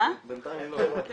כן,